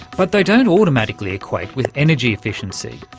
but they don't automatically equate with energy efficiency.